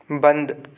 बंद